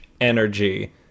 energy